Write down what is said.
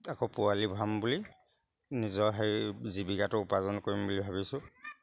আকৌ পোৱালি ভৰাম বুলি নিজৰ সেই জীৱিকাটো উপাৰ্জন কৰিম বুলি ভাবিছোঁ